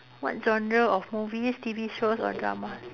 what genre of movies T_V shows or dramas